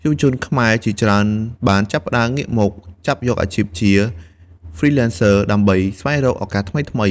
យុវជនខ្មែរជាច្រើនបានចាប់ផ្តើមងាកមកចាប់យកអាជីពជា Freelancer ដើម្បីស្វែងរកឱកាសថ្មីៗ។